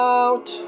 out